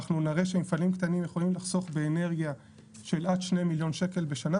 אנחנו נראה שמפעלים קטנים יכולים לחסוך באנרגיה עד 2 מיליון שקל בשנה,